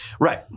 Right